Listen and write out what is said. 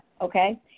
okay